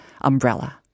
umbrella